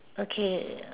okay